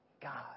God